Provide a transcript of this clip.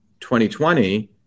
2020